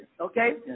Okay